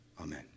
Amen